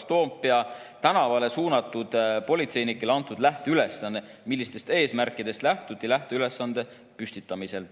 03.02.2022 Toompea tänavale suunatud politseinikele antud lähteülesanne? Millistest eesmärkidest lähtuti lähteülesande püstitamisel?"